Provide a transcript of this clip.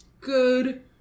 good